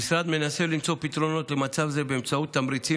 המשרד מנסה למצוא פתרונות למצב זה באמצעות תמריצים